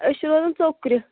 أسۍ چھِ روزان ژوٚکرِ